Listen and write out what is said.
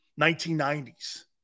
1990s